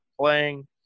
playing